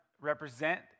represent